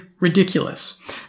ridiculous